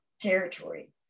Territory